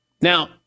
Now